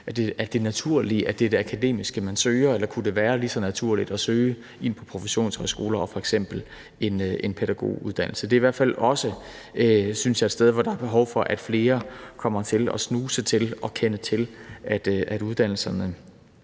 er det naturlige, at det er det akademiske, man søger, eller kunne det være lige så naturligt at søge ind på professionshøjskoler og f.eks. en pædagoguddannelse? Det er i hvert fald også, synes jeg, et sted, hvor der er behov for, at flere kommer til at snuse til og kende til, at uddannelserne